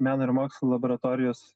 meno ir mokslo laboratorijos